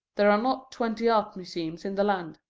there are not twenty art museums in the land.